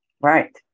Right